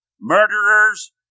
murderers